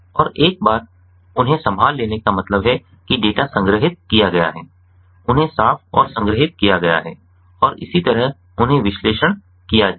और एक बार उन्हें संभाल लेने का मतलब है कि डेटा संग्रहीत किया गया है उन्हें साफ और संग्रहीत किया गया है और इसी तरह उन्हें विश्लेषण किया जाना है